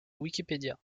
wikipédia